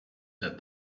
that